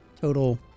total